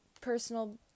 personal